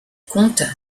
compte